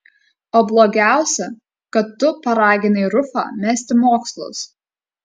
o blogiausia kad tu paraginai rufą mesti mokslus